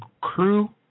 crew